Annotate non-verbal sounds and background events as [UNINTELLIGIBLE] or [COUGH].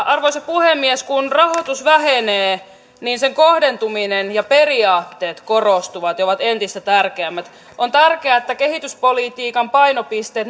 [UNINTELLIGIBLE] arvoisa puhemies kun rahoitus vähenee niin sen kohdentuminen ja periaatteet korostuvat ja ovat entistä tärkeämmät on tärkeää että kehityspolitiikan painopisteet [UNINTELLIGIBLE]